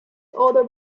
older